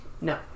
No